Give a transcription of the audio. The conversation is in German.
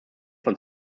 von